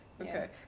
Okay